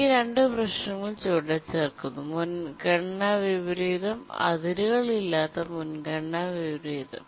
ഈ രണ്ട് പ്രശ്നങ്ങൾ ചുവടെ ചേർക്കുന്നുമുൻഗണന വിപരീതം അതിരുകളില്ലാത്ത മുൻഗണന വിപരീതം